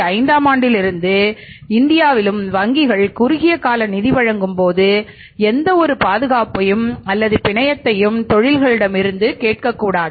1975 ஆம் ஆண்டிலிருந்து இந்தியாவிலும் வங்கிகள் குறுகிய கால நிதி வழங்கும் போது எந்தவொரு பாதுகாப்பையும் அல்லது பிணையத்தை தொழில்துறையிலிருந்து கேட்கக்கூடாது